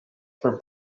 for